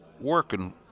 working